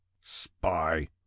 Spy